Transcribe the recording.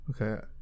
Okay